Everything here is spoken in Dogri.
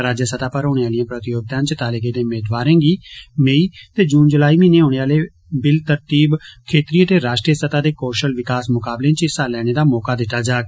राज्य सतह पर होने आलियें प्रतियोगिताएं चा ताले गेदे मेदवारें गी मेई ते जून जूलाई म्हीने होने आले बिलतरतीब क्षेत्रीय ते राष्ट्रीय सतह दे कौशल विकास मुकाबलें च हिस्सा लैने दा मौका दिता जाग